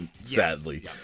sadly